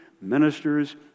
ministers